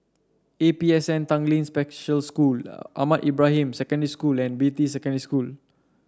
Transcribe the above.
A P S N Tanglin Special School Ahmad Ibrahim Secondary School and Beatty Secondary School